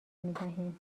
میدهیم